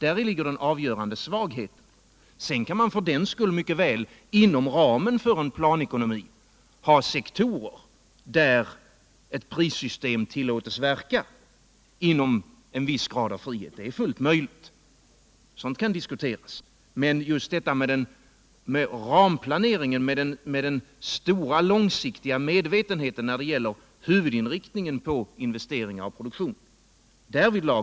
Diri ligger en avgörande svaghet. Sedan kan man för den skull mycket väl inom ramen för en planekonomi ha sektorer där ett prissystem tillåts verka med en viss grad av frihet — det är fullt möjligt och sådant kan diskuteras. Men när det gäller ramplaneringen, den långsiktiga medvetenheten, när det gäller huvudinriktningen av investeringar och produktion.